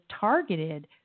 targeted